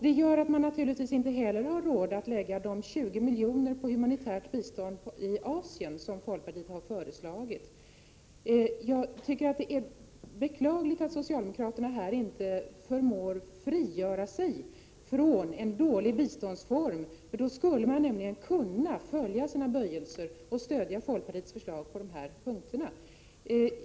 Det gör att man naturligtvis inte heller har råd att anslå de 20 miljoner som folkpartiet har föreslagit till humanitärt bistånd i Asien. Jag tycker att det är beklagligt att socialdemokraterna inte förmår frigöra sig från en dålig biståndsform. Då skulle de nämligen kunna följa sina böjelser och stödja folkpartiets förslag på dessa punkter.